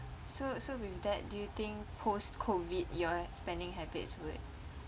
so so with that do you think post COVID your spending habits would